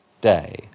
day